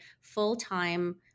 full-time